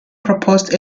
proposed